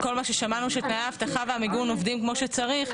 מה שמחוץ להגדרה לא יוגבל בהוראה שלכם.